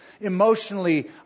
Emotionally